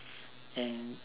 and